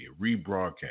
rebroadcast